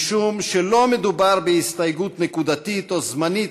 משום שלא מדובר בהסתייגות נקודתית או זמנית